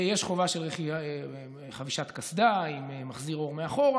יש חובה של חבישת קסדה עם מחזיר אור מאחור.